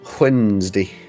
Wednesday